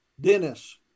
Dennis